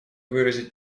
выразить